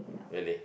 really